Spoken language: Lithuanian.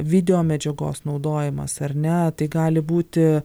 videomedžiagos naudojimas ar ne tai gali būti